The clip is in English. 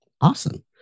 Awesome